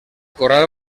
corral